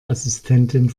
assistentin